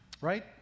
right